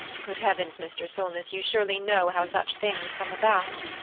good heavens, mr. solness, you surely know how such things come about.